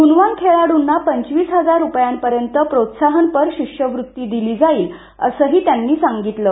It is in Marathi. ग्णवान खेळाड्ना पंचवीस हजार रुपयांपर्यत प्रोत्साहनपर शिष्यवृत्ती दिली जाईल असंही त्यांनी सांगितलं